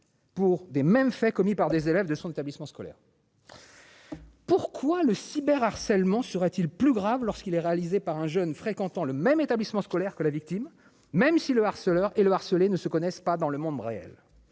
pour des mêmes faits, commis par des élèves de son établissement scolaire. Pourquoi le cyber harcèlement sera-t-il plus grave lorsqu'il est réalisé par un jeune fréquentant le même établissement scolaire que la victime, même si le harceleur et le harceler ne se connaissent pas dans le monde réel,